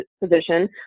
position